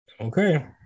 Okay